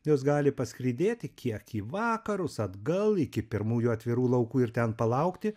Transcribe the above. jos gali paskridėti kiek į vakarus atgal iki pirmųjų atvirų laukų ir ten palaukti